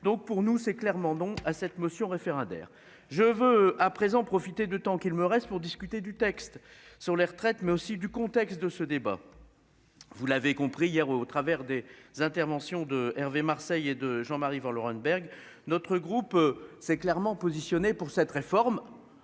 Donc pour nous, c'est clairement non à cette motion référendaire je veux à présent profiter de temps qu'il me reste pour discuter du texte sur les retraites mais aussi du contexte de ce débat. Vous l'avez compris hier au travers des interventions de Hervé Marseille et de Jean Marie Lorraine Berg, notre groupe s'est clairement positionné pour cette réforme.